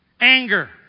Anger